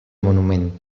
monument